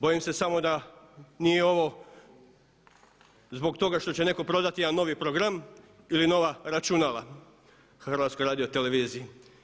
Bojim se samo da nije ovo zbog toga što će netko prodati jedan novi program ili nova računala HRT-u.